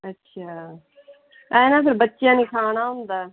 ਅੱਛਾ ਐ ਨਾ ਫਿਰ ਬੱਚਿਆਂ ਨੇ ਖਾਣਾ ਹੁੰਦਾ